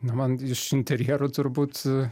na man iš interjerų turbūt